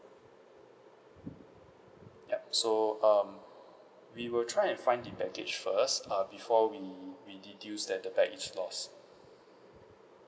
yup so um we will try and find the baggage first uh before we we deduce that the baggage is lost